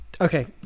okay